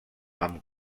amb